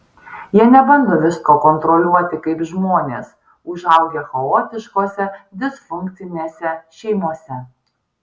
jie nebando visko kontroliuoti kaip žmonės užaugę chaotiškose disfunkcinėse šeimose